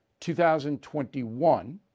2021